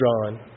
drawn